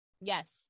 Yes